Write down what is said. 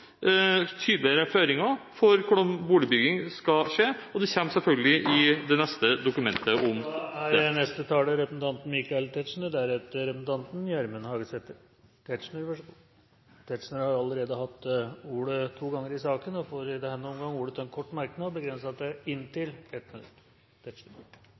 tydeligere føringer for hvordan boligbygging skal skje. Det kommer selvfølgelig i det neste dokumentet om dette. Representanten Michael Tetzschner har hatt ordet to ganger og får ordet til en kort merknad, begrenset til